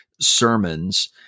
sermons